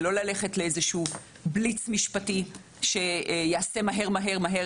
לא ללכת לאיזה שהוא בליץ משפטי שייעשה מהר מהר מהר